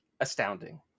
astounding